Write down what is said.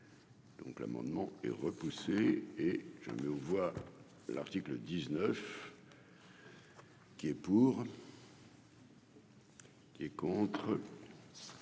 donc l'amendement est repoussé et j'voir l'article 19 qui est pour. Qui est contre